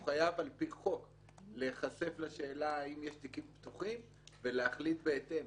הוא חייב על פי חוק להיחשף לשאלה האם יש תיקים פתוחים ולהחליט בהתאם,